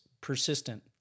persistent